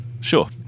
Sure